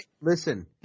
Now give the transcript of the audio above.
listen